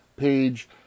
page